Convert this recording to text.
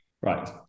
Right